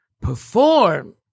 perform